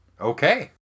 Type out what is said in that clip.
Okay